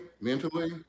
mentally